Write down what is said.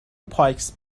پایکس